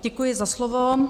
Děkuji za slovo.